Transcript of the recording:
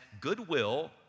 goodwill